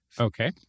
Okay